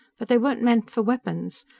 but they weren't meant for weapons.